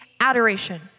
adoration